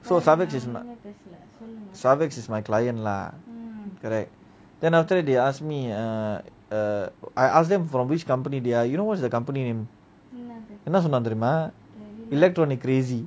so starvex is my starvex is my client lah correct then after they asked me err err I ask them from which company they are you know what's the company name என்ன சொன்னான் தெரியுமா:enna sonnan teriyuma electronic crazy